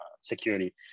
security